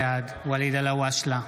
בעד ואליד אלהואשלה,